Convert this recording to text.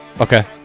okay